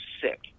sick